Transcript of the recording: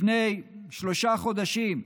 לפני שלושה חודשים,